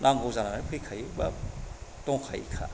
नांगौ जानानै फैखायो बा दंखायोखा